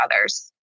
others